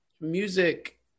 music